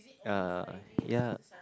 uh ya